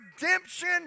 redemption